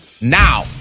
now